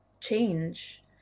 change